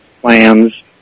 plans